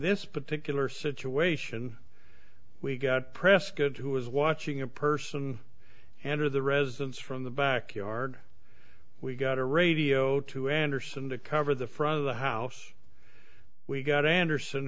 this particular situation we've got prescott who was watching a person and or the residence from the backyard we got a radio too anderson to cover the front of the house we've got anderson